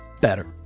better